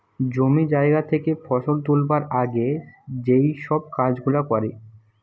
জমি জায়গা থেকে ফসল তুলবার আগে যেই সব কাজ গুলা করে